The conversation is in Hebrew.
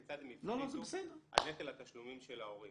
כיצד הם הפחיתו את נטל התשלומים של ההורים.